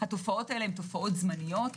התופעות האלה הן זמניות,